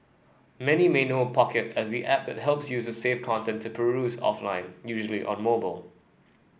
many may know Pocket as the app that helps users save content to peruse offline usually on mobile